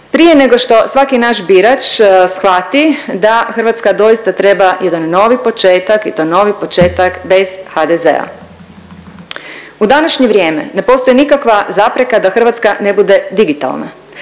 prije nego što svaki naš birač shvati da Hrvatska doista treba jedan novi početak i to novi početak bez HDZ-a. U današnje vrijeme ne postoji nikakva zapreka da Hrvatska ne bude digitalna.